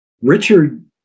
Richard